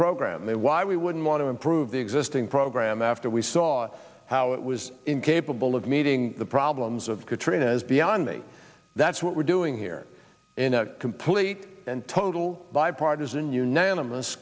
program they why we wouldn't want to improve the existing program after we saw how it was incapable of meeting the problems of katrina is beyond me that's what we're doing here in a complete and total bipartisan unanimous